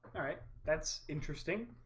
alright, that's interesting.